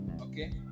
okay